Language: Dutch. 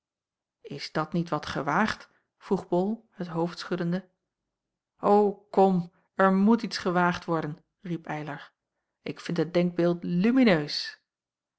is dat niet wat gewaagd vroeg bol het hoofd schuddende o kom er moet iets gewaagd worden riep eylar ik vind het denkbeeld lumineus